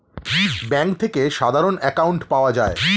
bank থেকে সাধারণ account পাওয়া যায়